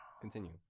Continue